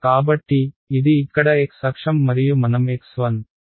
కాబట్టి ఇది ఇక్కడ x అక్షం మరియు మనం x1x2